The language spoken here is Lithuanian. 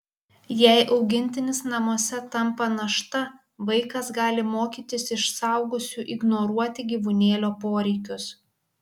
jei augintinis namuose tampa našta vaikas gali mokytis iš suaugusių ignoruoti gyvūnėlio poreikius